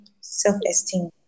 self-esteem